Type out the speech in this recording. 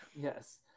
yes